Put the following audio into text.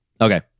okay